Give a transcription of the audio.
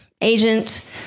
agent